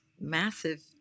massive